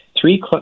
three